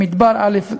במדבר א',